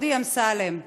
דודי אמסלם,